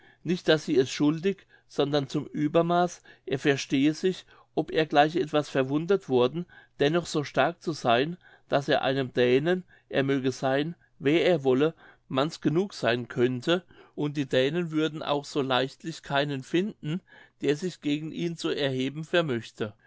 nicht daß sie es schuldig sondern zum uebermaß er versehe sich ob er gleich etwas verwundet worden dennoch so stark zu sein daß er einem dänen er mögte seyn wer er wolle manns genug sein könnte und die dänen würden auch so leichtlich keinen finden der sich gegen ihn zu erheben vermöchte